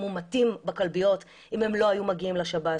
מומתים בכלביות אם הם לא היו מגיעים לשב"ס.